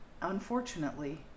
unfortunately